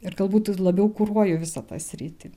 ir galbūt labiau kuruoju visą tą sritį